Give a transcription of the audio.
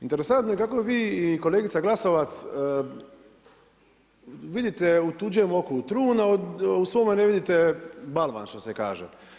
Interesantno je kako vi i kolegica Glasovac u tuđem oku trn a u svome ne vidite balvan što se kaže.